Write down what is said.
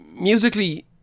musically